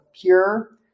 pure